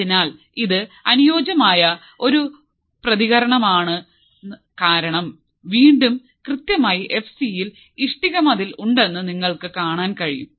അതിനാൽ ഇത് അനുയോജ്യമായ ഒരു പ്രതികരണമാണ് കാരണം വീണ്ടും കൃത്യമായി എഫ് സി യിൽ ഇഷ്ടിക മതിൽ ഉണ്ടെന്ന് നിങ്ങൾക്ക് കാണാൻ കഴിയും